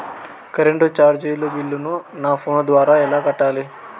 Current చార్జీల బిల్లును, నా ఫోను ద్వారా ఎలా కట్టాలి?